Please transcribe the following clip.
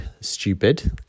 stupid